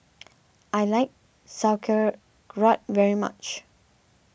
I like Sauerkraut very much